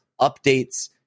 updates